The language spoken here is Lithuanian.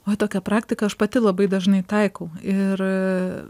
va tokią praktiką aš pati labai dažnai taikau ir